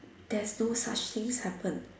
there's no such things happen